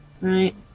Right